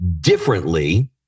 differently